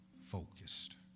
Focused